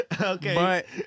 Okay